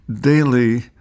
daily